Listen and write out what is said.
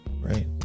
right